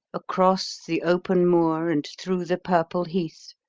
across the open moor and through the purple heath,